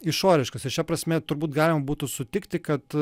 išoriškas ir šia prasme turbūt galima būtų sutikti kad